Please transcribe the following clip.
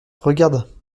regarde